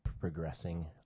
progressing